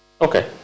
Okay